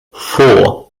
four